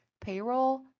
payroll